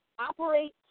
operate